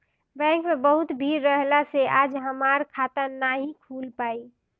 bank में बहुते भीड़ रहला से आज हमार खाता नाइ खुल पाईल